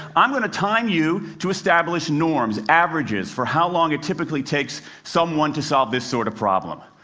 i'm going to time you to establish norms, averages for how long it typically takes someone to solve this sort of problem.